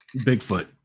Bigfoot